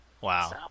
Wow